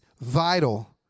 vital